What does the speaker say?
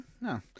no